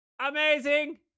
amazing